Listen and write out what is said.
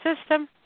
system